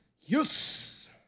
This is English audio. Yes